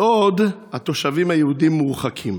בעוד התושבים היהודים מורחקים.